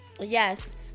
Yes